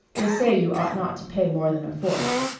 they say you ought not to pay more than a fourth.